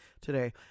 today